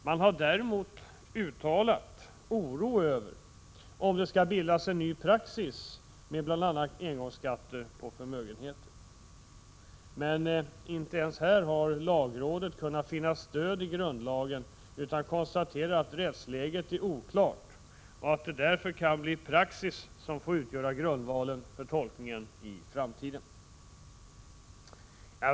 Man har däremot uttalat oro Över att en ny praxis med bl.a. engångsskatter på förmögenheter skall bildas. Men inte ens här har lagrådet kunnat finna stöd i grundlagen, utan konstaterar att rättsläget är oklart och att det därför kan bli praxis som får utgöra grundvalen för tolkningen i framtiden.